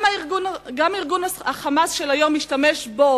גם ארגון ה”חמאס" של היום משתמש בו,